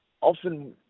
often